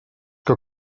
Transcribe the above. que